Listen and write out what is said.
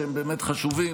שהם באמת חשובים,